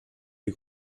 est